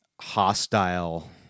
hostile